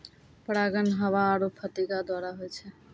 परागण हवा आरु फतीगा द्वारा होय छै